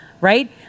Right